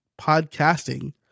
podcasting